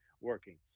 working